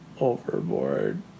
overboard